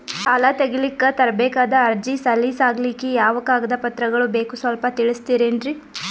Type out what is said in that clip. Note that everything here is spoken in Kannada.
ಸಾಲ ತೆಗಿಲಿಕ್ಕ ತರಬೇಕಾದ ಅರ್ಜಿ ಸಲೀಸ್ ಆಗ್ಲಿಕ್ಕಿ ಯಾವ ಕಾಗದ ಪತ್ರಗಳು ಬೇಕು ಸ್ವಲ್ಪ ತಿಳಿಸತಿರೆನ್ರಿ?